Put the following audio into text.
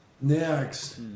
Next